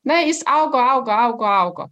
na jis augo augo augo augo